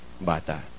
bata